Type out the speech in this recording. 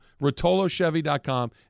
RotoloChevy.com